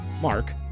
Mark